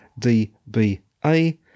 DBA